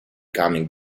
coming